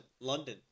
London